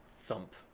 thump